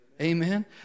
Amen